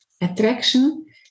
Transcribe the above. attraction